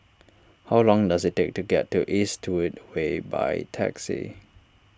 how long does it take to get to Eastwood Way by taxi